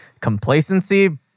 complacency